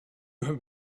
have